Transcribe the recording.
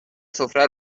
سفره